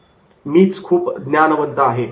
'मी खूप ज्ञानवंत आहे